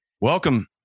Welcome